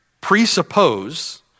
presuppose